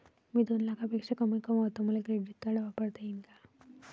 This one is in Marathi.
मी दोन लाखापेक्षा कमी कमावतो, मले क्रेडिट कार्ड वापरता येईन का?